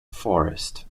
forest